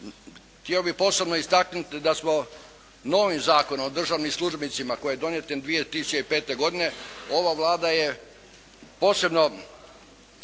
Htio bih posebno istaknuti da smo novim Zakonom o državnim službenicima koji je donijet 2005. godine ova Vlada je posebno